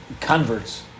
Converts